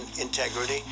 integrity